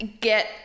get